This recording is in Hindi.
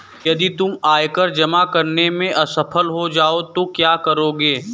यदि तुम आयकर जमा करने में असफल हो जाओ तो क्या करोगे?